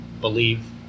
believe